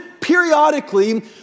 periodically